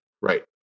Right